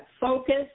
focus